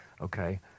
Okay